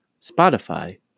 Spotify